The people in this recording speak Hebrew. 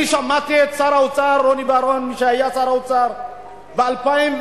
אני שמעתי את מי שהיה שר האוצר רוני בר-און,